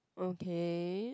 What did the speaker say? okay